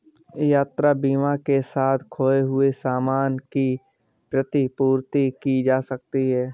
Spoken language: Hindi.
यात्रा बीमा के साथ खोए हुए सामान की प्रतिपूर्ति की जा सकती है